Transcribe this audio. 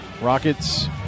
Rockets